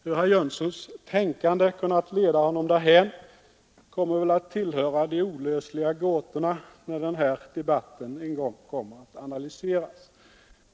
Hur herr Jönssons tänkande kunnat leda honom därhän kommer väl att tillhöra de olösliga gåtorna, när den debatten en gång kommer att analyseras.